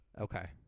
Okay